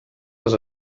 les